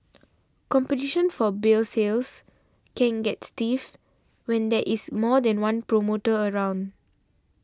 competition for beer sales can get stiff when there is more than one promoter around